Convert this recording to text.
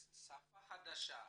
שפה חדשה,